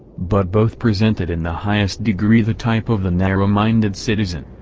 but both presented in the highest degree the type of the narrow-minded citizen.